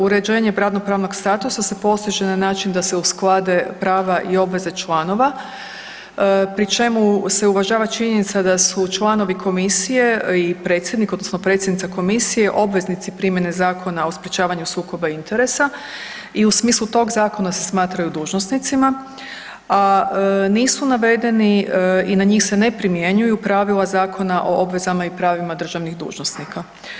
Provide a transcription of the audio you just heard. Uređenje radno-pravnog statusa se postiže na način da se usklade prava i obveze članova pri čemu se uvažava činjenica da su članovi komisije i predsjednik odnosno predsjednica komisije obveznici primjene Zakona o sprečavanju sukoba interesa i u smislu tog zakona se smatraju dužnosnicima, a nisu navedeni i na njih se ne primjenjuju pravila Zakona o obvezama i pravima državnih dužnosnika.